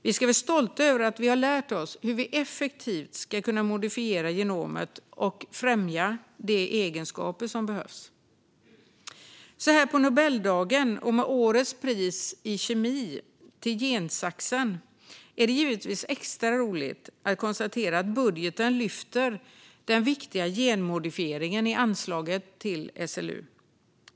Vi ska vara stolta över att vi har lärt oss hur vi effektivt kan modifiera genomet och främja de egenskaper som behövs. Så här på Nobeldagen och med årets pris i kemi till gensaxen är det givetvis extra roligt att konstatera att budgeten lyfter fram den viktiga genmodifieringen i anslaget till SLU.